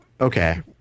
Okay